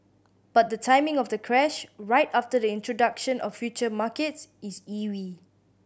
but the timing of the crash right after the introduction of future markets is eerie